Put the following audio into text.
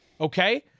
Okay